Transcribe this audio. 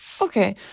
Okay